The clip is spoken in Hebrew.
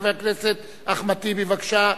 חבר הכנסת אחמד טיבי, בבקשה.